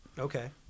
okay